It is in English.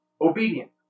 Obedient